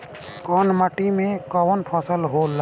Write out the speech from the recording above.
कवन माटी में कवन फसल हो ला?